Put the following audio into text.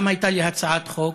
גם הייתה לי הצעת חוק,